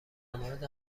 مورد